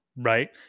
right